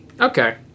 Okay